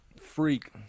Freak